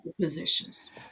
positions